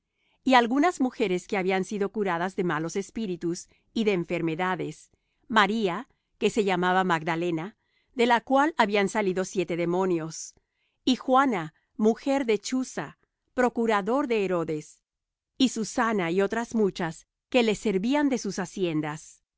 y algunas mujeres que habían sido curadas de malos espíritus y de enfermedades maría que se llamaba magdalena de la cual habían salido siete demonios y juana mujer de chuza procurador de herodes y susana y otras muchas que le servían de sus haciendas